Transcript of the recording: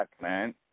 Man